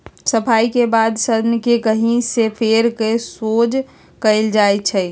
सफाई के बाद सन्न के ककहि से फेर कऽ सोझ कएल जाइ छइ